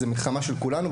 מדובר במלחמה של כולנו.